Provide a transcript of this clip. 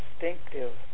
distinctive